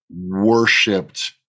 worshipped